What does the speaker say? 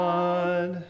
God